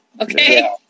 Okay